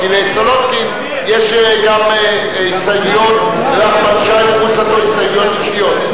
כי לסולודקין יש גם הסתייגויות וגם לנחמן שי יש הסתייגויות אישיות,